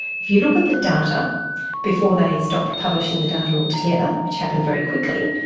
if you look at the data before they stopped publishing the data altogether, which happened very quickly,